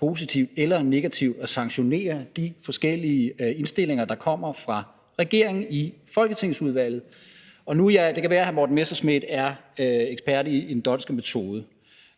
positivt eller negativt at sanktionere de forskellige indstillinger, der kommer fra regeringen i folketingsudvalget. Det kan være, at hr. Morten Messerschmidt er ekspert i den d'Hondtske metode,